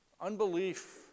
Unbelief